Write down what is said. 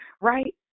Right